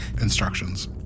instructions